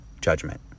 judgment